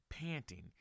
Panting